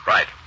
Right